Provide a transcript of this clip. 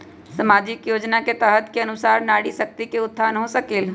सामाजिक योजना के तहत के अनुशार नारी शकति का उत्थान हो सकील?